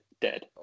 dead